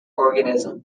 organism